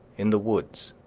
in the woods,